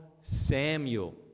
Samuel